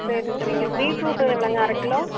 சரி சரிங்க பீட்ரூட் எவ்வளோங்க அரை கிலோ